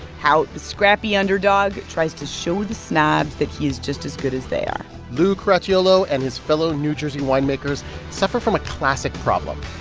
how the scrappy underdog tries to show the snobs that he's just as good as they are lou caracciolo and his fellow new jersey winemakers suffer from a classic problem.